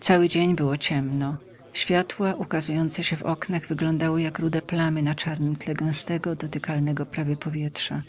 cały dzień było ciemno światła ukazujące się w oknach wyglądały jak rude plamy na czarnem tle gęstego dotykalnego prawie powietrza